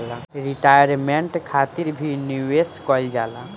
retirement खातिर भी निवेश कईल जाला